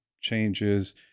changes